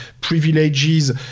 privileges